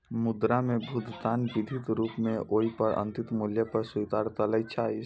मुद्रा कें भुगतान विधिक रूप मे ओइ पर अंकित मूल्य पर स्वीकार कैल जाइ छै